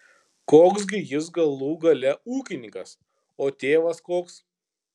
koks gi jis galų gale ūkininkas o tėvas koks